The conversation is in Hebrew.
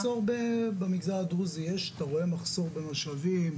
במגזר הדרוזי אתה רואה מחסור במשאבים,